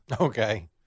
Okay